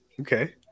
Okay